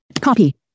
Copy